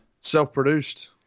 Self-produced